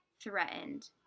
threatened